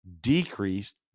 decreased